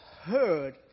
heard